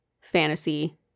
fantasy